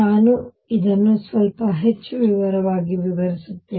ನಾನು ಇದನ್ನು ಸ್ವಲ್ಪ ಹೆಚ್ಚು ವಿವರವಾಗಿ ವಿವರಿಸುತ್ತೇನೆ